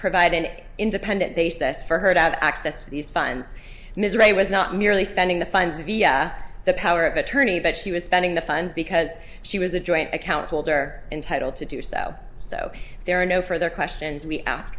provide an independent basis for her to have access to these funds ms ray was not merely spending the funds via the power of attorney but she was spending the funds because she was a joint account holder entitled to do so so there are no further questions we ask